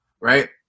right